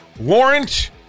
Warrant